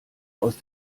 aus